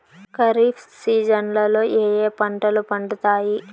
ఖరీఫ్ సీజన్లలో ఏ ఏ పంటలు పండుతాయి